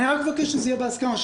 אני רק מבקש שזה יהיה בהסכמה,